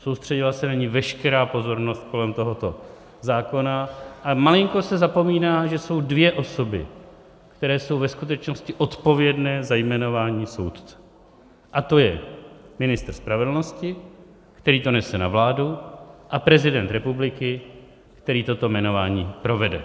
Soustředila se na ni veškerá pozornost kolem tohoto zákona a malinko se zapomíná, že jsou dvě osoby, které jsou ve skutečnosti odpovědné za jmenování soudců, a to je ministr spravedlnosti, který to nese na vládu, a prezident republiky, který toto jmenování provede.